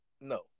no